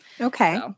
Okay